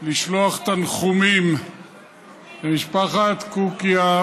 לשלוח תנחומים למשפחת קוקיא,